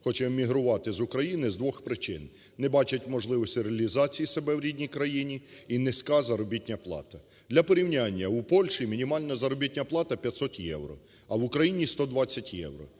хоче емігрувати з України з двох причин: не бачать можливості реалізації себе в рідній країні і низька заробітна плата. Для порівняння, у Польщі мінімальна заробітна плата – 500 євро, а в Україні – 120 євро.